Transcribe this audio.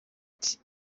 ati